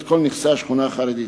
את כל נכסי השכונה החרדית?